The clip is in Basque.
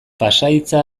pasahitza